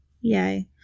yay